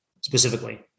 specifically